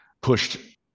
pushed